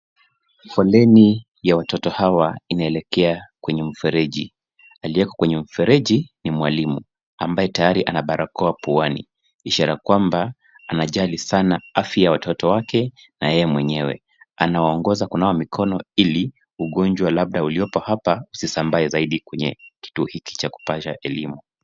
Foleni ya watoto hawa inaelekea kwenye mfereji. Aliyeko kwenye mfereji ni mwalimu ambaye tayari ana barakoa puani, ishara kwamba anajali sana afya ya watoto wake naye mwenyewe. Anawaongoza kunawa mikono ili ugonjwa labda uliopo hapa usisambae zaidi kwenye kituo hiki kupasha elimu.